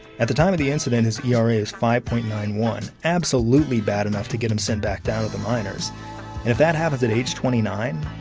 at the time of the incident his era is five point nine one, absolutely bad enough to get him sent back down to the minors. and if that happens at age twenty nine,